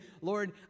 Lord